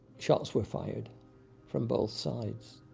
shots were fired from both sides.